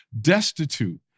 destitute